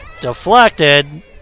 Deflected